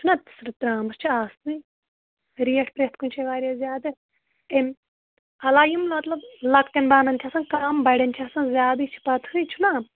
چھُنا ترٛامَس چھِ آسنٕے ریٹ پرٛٮ۪تھ کُنہِ جاے واریاہ زیادٕ اَمۍ علاوٕ یِم مطلب لۄکٹٮ۪ن بانَن چھِ آسن کَم بَڑٮ۪ن چھِ آسان زیادٕ یہِ چھُ پَتہٕے چھُنا